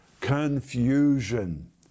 confusion